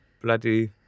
bloody